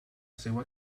seva